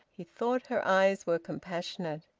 he thought her eyes were compassionate.